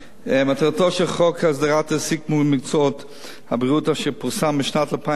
מטרתו של חוק הסדרת העיסוק במקצועות הבריאות אשר פורסם בשנת 2008